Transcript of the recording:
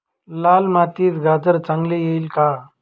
लाल मातीत गाजर चांगले येईल का?